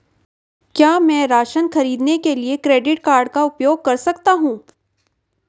क्या मैं राशन खरीदने के लिए क्रेडिट कार्ड का उपयोग कर सकता हूँ?